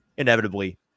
inevitably